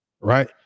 Right